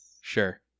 Sure